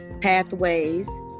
Pathways